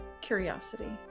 curiosity